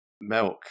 Milk